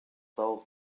saure